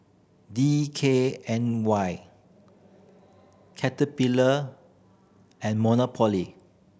D K N Y Caterpillar and Monopoly